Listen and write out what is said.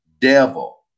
devil